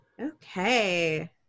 Okay